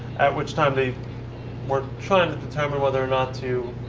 at which time they were trying to determine whether or not to